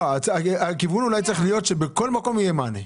לא, הכיוון אולי צריך להיות שבכל מקום יהיה מענה.